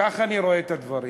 כך אני רואה את הדברים.